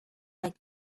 like